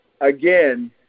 Again